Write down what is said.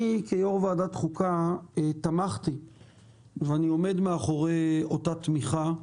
אני כיושב-ראש ועדת חוקה תמכתי ואני עומד מאחורי אותה תמיכה,